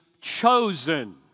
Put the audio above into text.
chosen